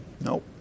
Nope